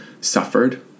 suffered